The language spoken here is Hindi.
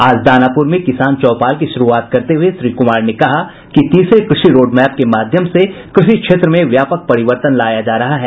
आज दानापुर में किसान चौपाल की शुरूआत करते हुए श्री कुमार ने कहा कि तीसरे कृषि रोडमैप के माध्यम से कृषि क्षेत्र में व्यापक परिवर्तन लाया जा रहा है